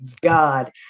god